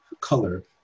color